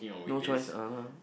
no choice ah lah